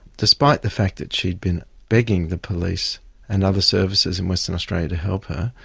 despite the fact that she'd been begging the police and other services in western australia to help her,